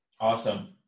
Awesome